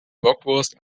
bockwurst